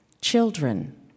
children